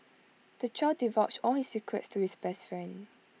the child divulged all his secrets to his best friend